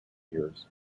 years